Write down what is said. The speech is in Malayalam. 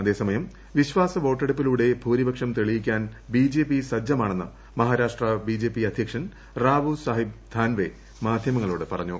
അതേസമയം വിശ്വാസ വോട്ടെടുപ്പിലൂടെ ഭൂരിപക്ഷം തെളിയിക്കാൻ ബിജെപി സജ്ജമാണെന്ന് മഹാരാഷ്ട്ര ബിജെപി അദ്ധ്യക്ഷൻ റാവു സാഹിബ് ധാൻവെ മാധ്യമങ്ങളോട് പറഞ്ഞു